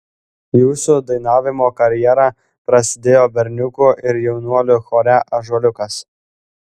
jūsų dainavimo karjera prasidėjo berniukų ir jaunuolių chore ąžuoliukas